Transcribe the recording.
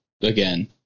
again